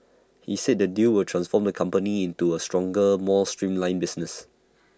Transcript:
he said the deal will transform the company into A stronger more streamlined business